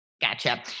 Gotcha